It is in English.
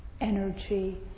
energy